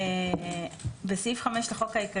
אני אמשיך בהקראה: תיקון סעיף 5 4. בסעיף 5 לחוק העיקרי,